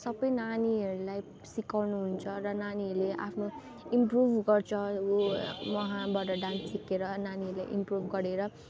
सबै नानीहरूलाई सिकाउनुहुन्छ र नानीहरूले आफ्नो इम्प्रुभ गर्छ व उहाँबाट डान्स सिकेर नानीहरूले इम्प्रुभ गरेर